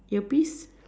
ear piece